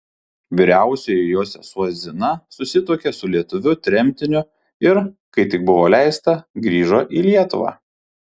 vyriausioji jos sesuo zina susituokė su lietuviu tremtiniu ir kai tik buvo leista grįžo į lietuvą